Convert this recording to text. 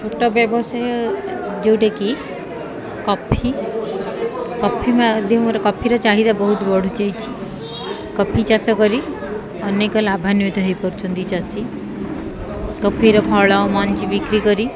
ଛୋଟ ବ୍ୟବସାୟ ଯେଉଁଟାକି କଫି କଫି ମାଧ୍ୟମରେ କଫିର ଚାହିଦା ବହୁତ ବଢ଼ି ଚାଲିଛିି କଫି ଚାଷ କରି ଅନେକ ଲାଭାନ୍ଵିତ ହେଇପାରୁଛନ୍ତି ଚାଷୀ କଫିର ଫଳ ମଞ୍ଜି ବିକ୍ରି କରି